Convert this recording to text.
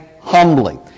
humbly